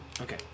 Okay